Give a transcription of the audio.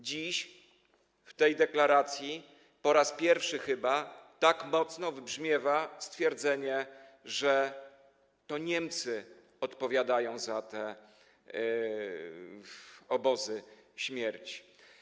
Dziś w tej deklaracji po raz pierwszy chyba tak mocno wybrzmiewa stwierdzenie, że to Niemcy odpowiadają za obozy śmierci.